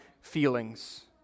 feelings